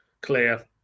clear